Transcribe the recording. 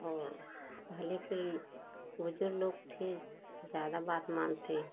और पहले के बुजुर्ग लोग थे ज़्यादा बात मानते